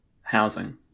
housing